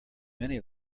many